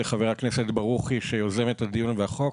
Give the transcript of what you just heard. לחבר הכנסת ברוכי שיוזם את הדיון והחוק,